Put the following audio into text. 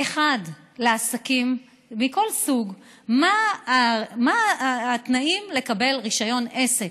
אחד לעסקים מכל סוג, מה התנאים לקבל רישיון עסק.